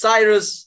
Cyrus